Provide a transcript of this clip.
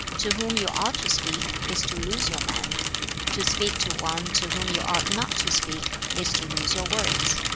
to whom you ought to speak, is to lose your man to speak to one to whom you ought not to speak is to lose your words.